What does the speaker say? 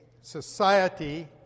society